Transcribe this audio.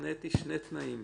התניתי שני תנאי קיום: